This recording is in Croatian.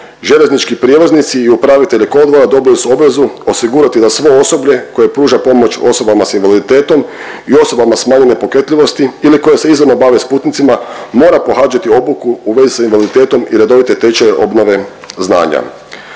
željeznički prijevoznici i upravitelji kolodvora dobili su obvezu osigurati da svo osoblje koje pruža pomoć osoba s invaliditetom i osobama smanjene pokretljivosti ili koji se izravno bave s putnicima mora pohađati obuku u vezi sa invaliditetom i redovite tečaj obnove znanja.